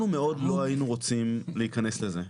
אנחנו מאוד לא היינו רוצים להיכנס לזה.